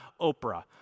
Oprah